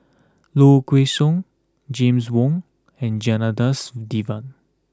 Low Kway Song James Wong and Janadas Devan